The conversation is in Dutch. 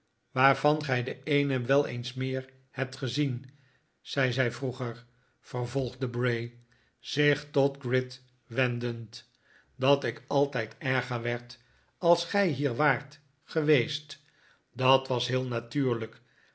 waarvan gij den eenen wel eens meer hebt gezien zij zei vroe ger vervolgde bray zich tot gride wendend dat ik altijd erger werd als gij hier waart geweest dat was heel natuurlijk